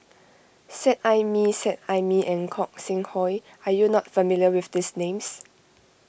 Seet Ai Mee Seet Ai Mee and Gog Sing Hooi are you not familiar with these names